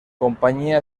compañía